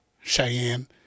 cheyenne